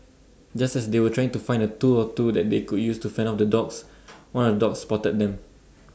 just as they were trying to find A tool or two that they could use to fend off the dogs one of dogs spotted them